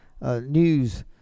News